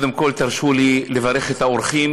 קודם כול, תרשו לי לברך את האורחים: